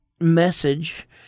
message